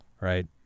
right